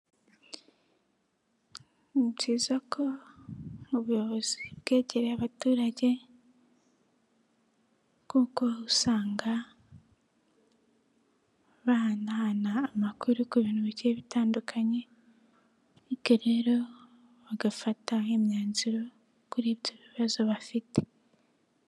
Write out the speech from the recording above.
Ni byiza ko ubuyobozi bwegereye abaturage kuko usanga bahanahana amakuru ku bintu bike bitandukanye, bityo rero bagafata imyanzuro kuri ibyo bibazo bafite.